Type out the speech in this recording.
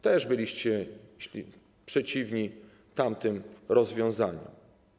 Też byliście przeciwni tamtym rozwiązaniom.